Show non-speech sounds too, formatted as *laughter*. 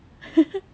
*laughs*